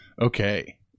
okay